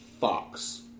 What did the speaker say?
Fox